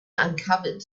uncovered